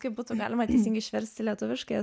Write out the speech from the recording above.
kaip būtų galima teisingai išversti lietuviškai